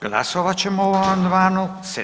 Glasovat ćemo o amandmanu.